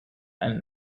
and